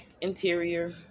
interior